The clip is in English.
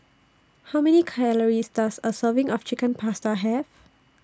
How Many Calories Does A Serving of Chicken Pasta Have